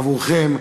עבורכם,